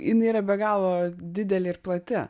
jin yra be galo didelė ir plati